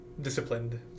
Disciplined